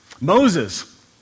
Moses